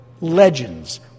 legends